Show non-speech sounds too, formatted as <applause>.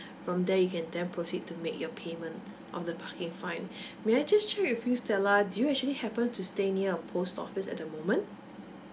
from there you can then proceed to make your payment of the parking fine <breath> may I just check with you stella do you actually happen to stay near a post office at the moment